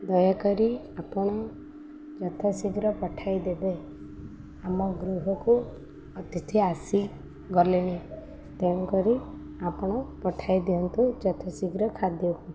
ଦୟାକରି ଆପଣ ଯଥାଶୀଘ୍ର ପଠାଇଦେବେ ଆମ ଗୃହକୁ ଅତିଥି ଆସି ଗଲେଣି ତେଣୁ କରି ଆପଣ ପଠାଇ ଦିଅନ୍ତୁ ଯଥାଶୀଘ୍ର ଖାଦ୍ୟକୁ